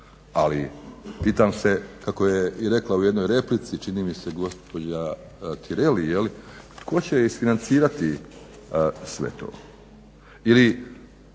Ali pitam se, kako je i rekla u jednoj replici čini mi se gospođa Tireli tko će isfinancirati sve to.